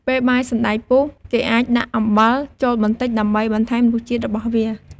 ពេលបាយសណ្ដែកពុះ គេអាចដាក់អំបិលចូលបន្តិចដើម្បីបន្ថែមរសជាតិរបស់វា។